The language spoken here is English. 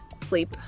sleep